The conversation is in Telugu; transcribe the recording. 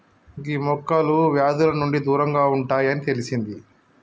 గీ మొక్కలు వ్యాధుల నుండి దూరంగా ఉంటాయి అని తెలిసింది